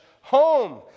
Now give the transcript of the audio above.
home